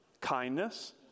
kindness